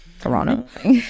Toronto